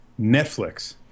Netflix